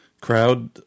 crowd